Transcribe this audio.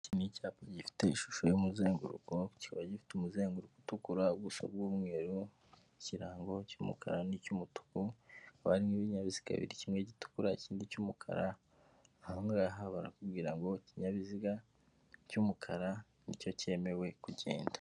Iki ni icyapa gifite ishusho y'umuzenguruko, kikaba gifite umuzenguruko utukura, ubuso bw'umweru, ikirango cy'umukara n'icy'umutuku. Hakaba harimo ibinyabiziga bibiri, kimwe gitukura ikindi cy'umukara, ahangaha barakubwira ngo ikinyabiziga cy'umukara ni cyo cyemewe kugenda.